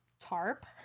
tarp